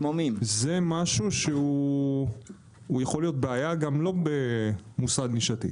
זה משהו שיכול להיות בעיה גם לא במוסד נישתי.